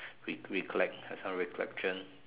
re~ recollect have some recollection